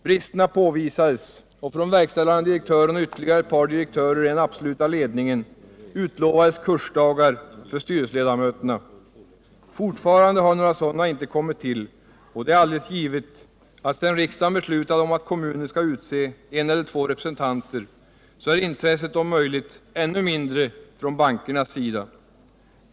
Bristerna påvisades, och från verkställande direktören och ytterligare ett par direktörer i den absoluta ledningen utlovades kursdagar för styrelseledamöterna. Fortfarande har några sådana inte kommit till, och det är alldeles givet att sedan riksdagen beslutade att kommuner skall utse en eller två representanter är intresset om möjligt ännu mindre från bankernas sida.